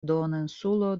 duoninsulo